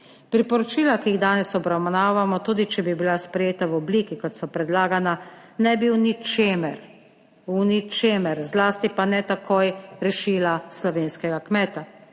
Priporočila, ki jih danes obravnavamo, tudi če bi bila sprejeta v obliki kot so predlagana, ne bi v ničemer, v ničemer, zlasti pa ne takoj rešila slovenskega kmeta.